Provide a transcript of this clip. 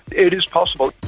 it is possible.